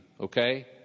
okay